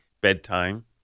Bedtime